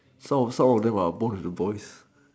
some of them are born with the voice